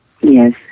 Yes